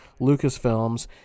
Lucasfilms